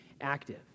active